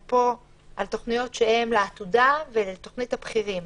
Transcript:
סיפרתי לכם פה על תוכניות שהן לעתודה ועל תוכנית הבכירים.